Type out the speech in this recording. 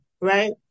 right